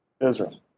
Israel